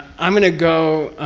i'm going to go.